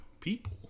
people